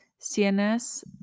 CNS